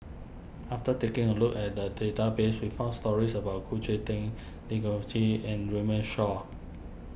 after taking a look at the database we found stories about Khoo Cheng Tiong and Runme Shaw